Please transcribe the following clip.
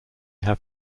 have